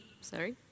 sorry